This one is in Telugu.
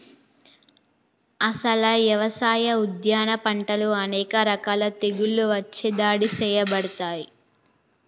అసలు యవసాయ, ఉద్యాన పంటలు అనేక రకాల తెగుళ్ళచే దాడి సేయబడతాయి